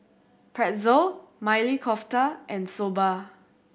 Pretzel Maili Kofta and Soba